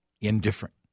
indifferent